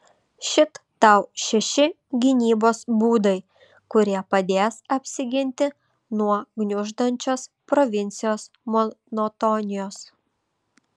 šit tau šeši gynybos būdai kurie padės apsiginti nuo gniuždančios provincijos monotonijos